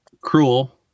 cruel